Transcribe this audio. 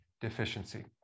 deficiency